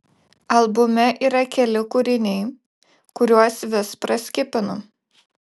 albume yra keli kūriniai kuriuos vis praskipinu